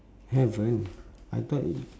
haven't I thought